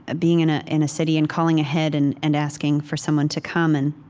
ah being in ah in a city and calling ahead and and asking for someone to come. and